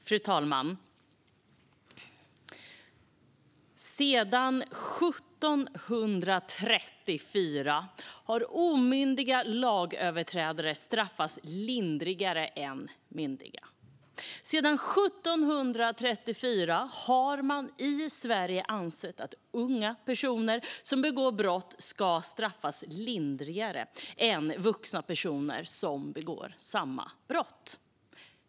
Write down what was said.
Fru talman! Sedan 1734 har omyndiga lagöverträdare straffats lindrigare än myndiga. Sedan 1734 har man i Sverige ansett att unga personer som begår brott ska straffas lindrigare än vuxna personer som begår samma brott.